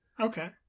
Okay